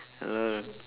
a lot of